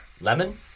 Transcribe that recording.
Lemon